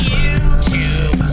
YouTube